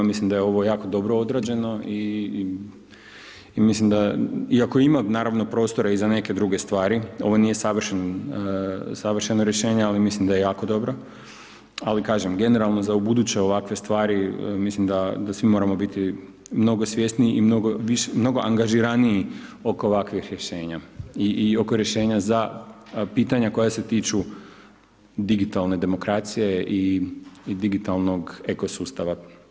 Mislim da je ovo jako dobro odrađeno i mislim da iako ima naravno prostora i za neke druge stvari, ovo nije savršeno rješenje, ali mislim da je jako dobro, ali kažem generalno za ubuduće ovakve stvari, mislim da svi moramo biti mnogo svjesniji i mnogo angažiraniji oko ovakvih rješenja i oko rješenja za pitanja koja se tiču digitalne demokracije i digitalnog eko sustava.